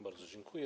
Bardzo dziękuję.